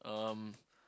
um